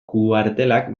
kuartelak